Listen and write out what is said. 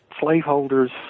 slaveholders